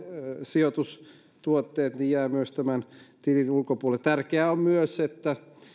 sijoitustuotteet jäävät myös tämän tilin ulkopuolelle tärkeää on myös että